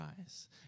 eyes